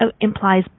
implies